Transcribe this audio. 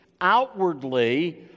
outwardly